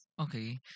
Okay